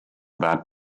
that